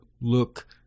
look